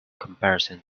comparison